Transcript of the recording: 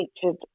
featured